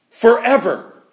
forever